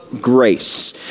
grace